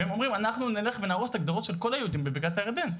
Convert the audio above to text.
והם אומרים: אנחנו נלך ונהרוס את הגדרות של כל היהודים בבקעת הירדן,